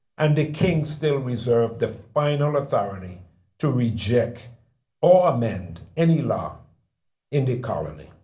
and the king still reserved the final authority to reject or amend any law in the colony.